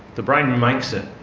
the brain makes it.